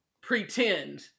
pretend